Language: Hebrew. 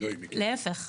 להיפך.